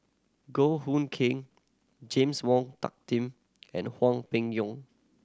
Goh Hood Keng James Wong Tuck Tim and Hwang Peng Yuan